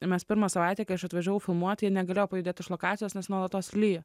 mes pirmą savaitę kai aš atvažiavau filmuoti jie negalėjo pajudėti iš lokacijos nes nuolatos lyja